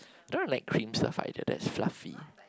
don't really like cream stuff either that's fluffy